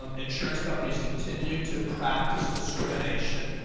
um insurance companies continue to practice discrimination.